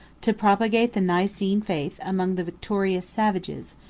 to propagate the nicene faith among the victorious savages,